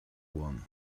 one